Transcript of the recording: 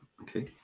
Okay